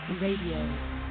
Radio